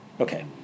Okay